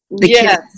yes